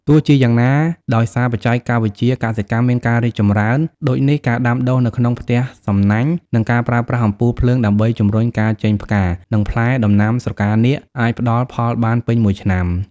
ទោះជាយ៉ាងណា ដោយសារបច្ចេកវិទ្យាកសិកម្មមានការរីកចម្រើន ដូចជាការដាំដុះនៅក្នុងផ្ទះសំណាញ់ និងការប្រើប្រាស់អំពូលភ្លើងដើម្បីជំរុញការចេញផ្កា និងផ្លែ ដំណាំស្រកានាគអាចផ្តល់ផលបានពេញមួយឆ្នាំ។